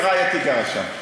ורעייתי גרה שם,